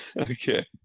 Okay